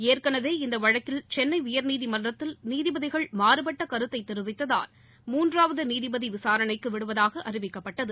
ஏற்கனவே இந்தவழக்கில் சென்னையா்நீதிமன்றத்தில் நீதிபதிகள் மாறுபட்டகருத்தைதெரிவித்ததால் மூன்றாவதுநீதிபதிவிசாரணைக்குவிடுவதாகஅறிவிக்கப்பட்டது